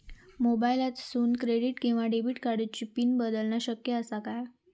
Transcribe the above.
मोबाईलातसून क्रेडिट किवा डेबिट कार्डची पिन बदलना शक्य आसा काय?